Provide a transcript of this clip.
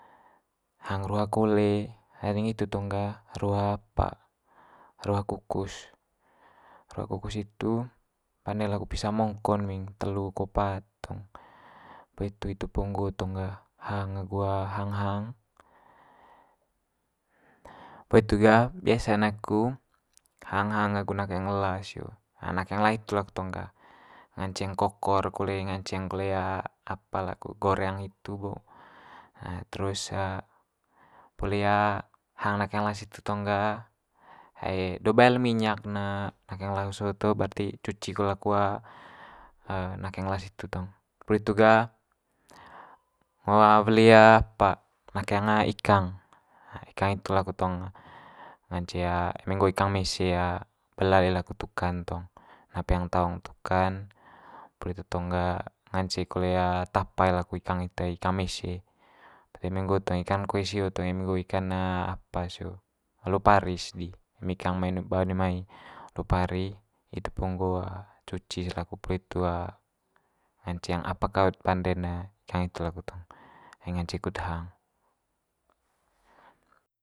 Hang ruha kole nggitu tong gah ruha apa ruha kukus. Ruha kukus hitu pande laku pisa mongko'n muing telu ko pat tong poli hitu hitu po nggo tong gah, hang agu hang hang. Poli itu ga biasa'n aku hang hang agu nakeng ela sio, hang nakeng ela hitu laku tong gah nganceng kokor kole, nganceng kole apa laku goreng hitu bo terus poli hang nakeng ela situ tong ga do bael minyak ne nakeng ela so to barti cuci kole laku nakeng ela situ tong. Poli hitu gah ngo weli apa nakeng ikang. Ikang itu laku tong ngance eme nggo ikang mese bela de laku tuka'n tong, na peang taong tuka'n poli itu tong ga ngance kole tapa i laku ikang itu ai ikang mese. Eme nggo tong ikan koe sio tong eme nggo ikan apa sio olo pari's di eme ikang ba one mai, olo pari hitu po nggo cuci's laku poli itu nganceng apa kaut pande'n ikang itu laku tong ngance kut hang.